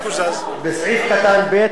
ברשותך: בסעיף קטן (ב),